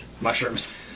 Mushrooms